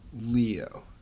leo